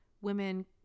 women